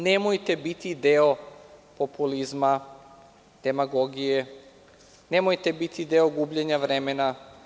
Nemojte biti deo populizma, demagogije, nemojte biti deo gubljenja vremena.